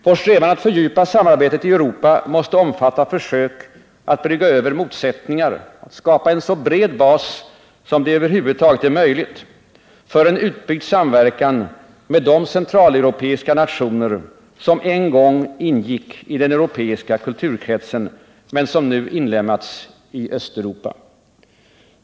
Vår strävan att fördjupa samarbetet i Europa måste omfatta försök att brygga över motsättningar, att skapa en så bred bas som det över huvud taget är möjligt för en utbyggd samverkan med de centraleuropeiska nationer som en gång ingick i den europeiska kulturkretsen men som nu inlemmats i Östeuropa.